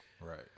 Right